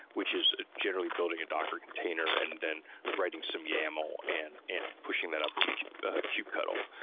which is generally building a docker container and then writing some yaml and and pushing that up with ah kube-cuttle.